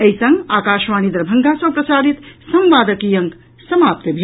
एहि संग आकाशवाणी दरभंगा सँ प्रसारित संवादक ई अंक समाप्त भेल